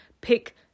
pick